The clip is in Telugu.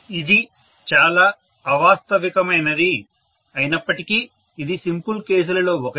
ఇది చాలా అవాస్తవికమైనది అయినప్పటికీ ఇది సింపుల్ కేసులలో ఒకటి